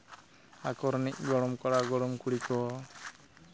ᱟᱠᱚ ᱨᱤᱱᱤᱡ ᱜᱚᱲᱚᱢ ᱠᱚᱲᱟ ᱜᱚᱲᱚᱢ ᱠᱩᱲᱤ ᱠᱚ